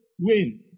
win